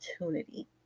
opportunity